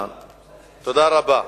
נתקע.